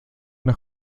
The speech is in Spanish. una